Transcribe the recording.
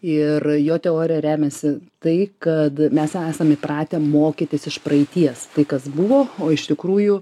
ir jo teorija remiasi tai kad mes esam įpratę mokytis iš praeities tai kas buvo o iš tikrųjų